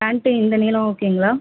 pant இந்த நீளம் ஓகேங்களா